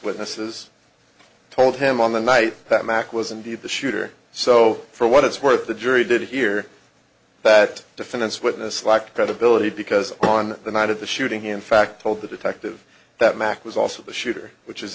witnesses told him on the night that mack was indeed the shooter so for what it's worth the jury did hear that defense witness lacked credibility because on the night of the shooting in fact told the detective that mack was also the shooter which is